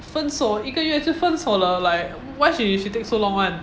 分手一个月就分手了 like why she she take so long [one]